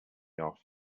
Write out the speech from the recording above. off